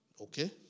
okay